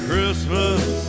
Christmas